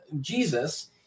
Jesus